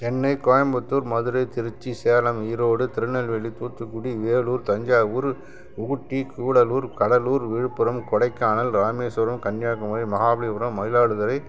Chennai Coimbatore Madurai Trichy Salem Erode Tirunelveli Thoothukudi Vellore Thanjavur Ooty Gudalur Cuddalore Villupuram Kodaikanal Rameswaram Kanyakumari Mahabalipuram Mayiladuthurai